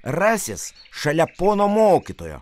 rasis šalia pono mokytojo